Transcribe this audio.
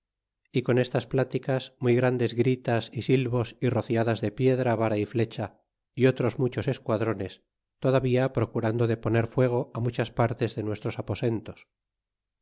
y con estas pláticas muy grandes gritas y silvos y rociadas de piedra vara y flecha y otros muchos esquadrones todavía procurando de poner fuego muchas partes de nuestros aposentos